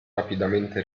rapidamente